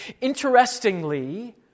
Interestingly